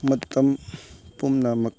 ꯃꯇꯝ ꯄꯨꯝꯅꯃꯛꯇ